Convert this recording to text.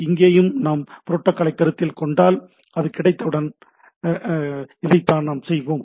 இங்கேயும் நாம் புரோட்டோக்காலை கருத்தில் கொண்டால் இது கிடைத்தவுடன் இதைத்தான் நாம் செய்தோம்